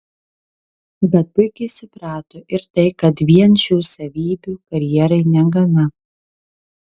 bet puikiai suprato ir tai kad vien šių savybių karjerai negana